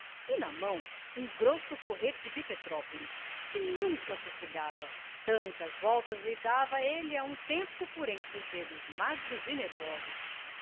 e na mão um grosso porrete de petrópolis que nunca sossegava tantas voltas lhe dava ele a um tempo por entre os dedos magros e nervosos